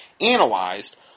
analyzed